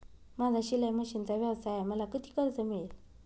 माझा शिलाई मशिनचा व्यवसाय आहे मला किती कर्ज मिळेल?